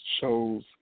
shows